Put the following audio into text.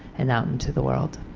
and up to the world.